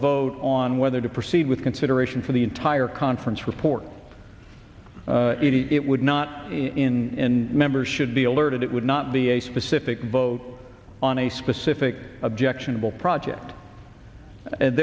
vote on whether to proceed with consideration for the entire conference report it would not in members should be alerted it would not be a specific vote on a specific objectionable project and